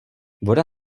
voda